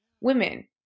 women